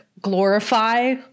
glorify